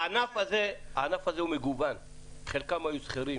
ל-8,000 יש רישיון.